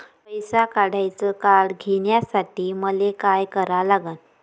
पैसा काढ्याचं कार्ड घेण्यासाठी मले काय करा लागन?